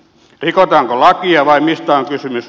rikotaanko lakia vai mistä on kysymys